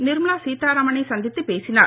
நிர்மலா சீத்தாராமனை சந்தித்து பேசினார்